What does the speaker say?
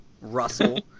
russell